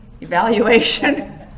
Evaluation